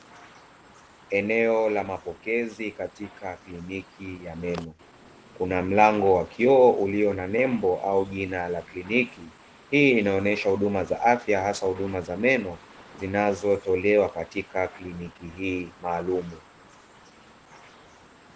Eneo la mapokezi katika kliniki ya meno, kuna mlango wa kioo ulio na nembo au jina la kliniki. Hii inaonesha huduma za afya hasa huduma za meno, zinazotolewa katika kliniki hii maalumu.